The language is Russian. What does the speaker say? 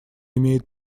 имеет